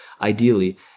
ideally